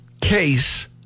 case